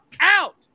out